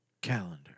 Calendar